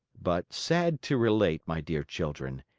but, sad to relate, my dear children,